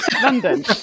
London